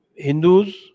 Hindus